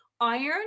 iron